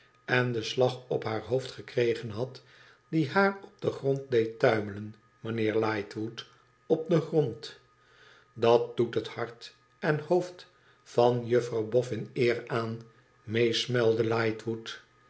en den slag op haar hoofd gekregen had die haar op den grond deed tuimelen meneer lightwood op den grond dat doet het hart e i hoofd van jufirouwbofn eer aan meesmuilde ughtwood